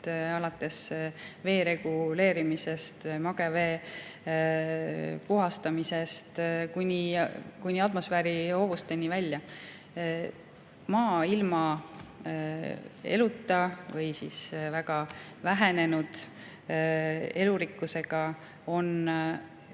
alates vee reguleerimisest, magevee puhastamisest kuni atmosfääri hoovusteni välja. Maa ilma eluta või vähenenud elurikkusega on